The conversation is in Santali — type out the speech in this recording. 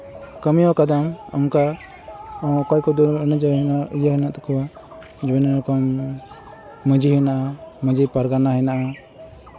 ᱠᱟᱹᱢᱤᱭᱟᱹ ᱠᱟᱫᱟᱢ ᱚᱱᱠᱟ ᱚᱠᱚᱭ ᱠᱚᱫᱚ ᱱᱤᱡᱮ ᱚᱱᱟ ᱤᱭᱟᱹ ᱦᱮᱱᱟᱜ ᱛᱟᱠᱚᱣᱟ ᱵᱤᱵᱷᱤᱱᱱᱚ ᱨᱚᱠᱚᱢ ᱢᱟᱹᱡᱷᱤ ᱦᱮᱱᱟᱜᱼᱟ ᱢᱟᱹᱡᱷᱤᱼᱯᱟᱨᱜᱟᱱᱟ ᱦᱮᱱᱟᱜᱼᱟ